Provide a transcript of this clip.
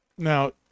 now